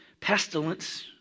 pestilence